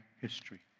history